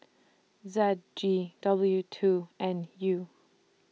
Z G W two N U